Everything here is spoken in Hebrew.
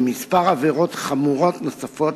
לכמה עבירות חמורות נוספות,